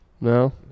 No